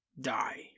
die